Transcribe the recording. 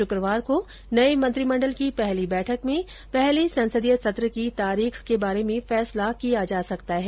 श्क्रवार को नये मंत्रिमण्डल की पहली बैठक में पहले संसदीय सत्र की तारीख के बारे में फैसला किया जा सकता है